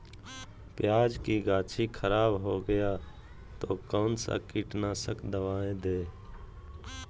प्याज की गाछी खराब हो गया तो कौन सा कीटनाशक दवाएं दे?